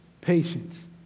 patience